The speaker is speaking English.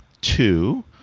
two